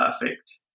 perfect